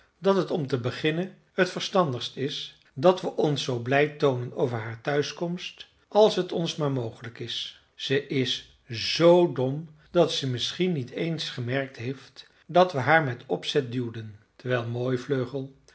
dat het om te beginnen t verstandigst is dat we ons zoo blij toonen over haar thuiskomst als t ons maar mogelijk is ze is zoo dom dat ze misschien niet eens gemerkt heeft dat we haar met opzet duwden terwijl